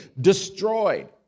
destroyed